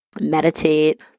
meditate